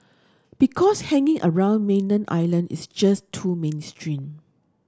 because hanging around mainland Island is just too mainstream